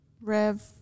Rev